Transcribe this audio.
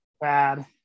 bad